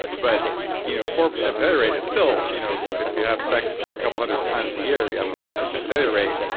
but you know four percent failure rate, it's still, you know if you have sex a couple hundred times a year, you have a four percent failure rate,